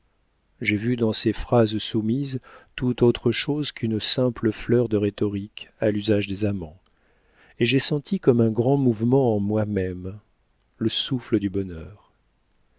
j'ai vu dans ces phrases soumises tout autre chose qu'une simple fleur de rhétorique à l'usage des amants et j'ai senti comme un grand mouvement en moi-même le souffle du bonheur